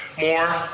more